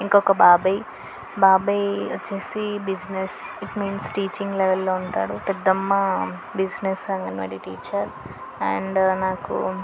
ఇంకొక బాబాయ్ బాబాయ్ వచ్చి బిజినెస్ ఇట్ మీన్స్ టీచింగ్ లెవెల్లో ఉంటాడు పెద్దమ్మ బిజినెస్ అంగన్వాడీ టీచర్ అండ్ నాకు